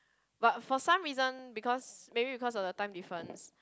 but for some reason because maybe because of the time difference